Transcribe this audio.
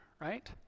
right